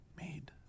made